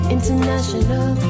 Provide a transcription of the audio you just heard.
International